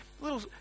little